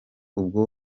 ubwo